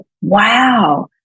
wow